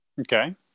Okay